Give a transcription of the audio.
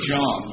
John